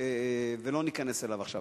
ולא ניכנס אליו עכשיו.